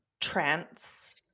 trance